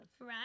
right